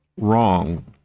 wrong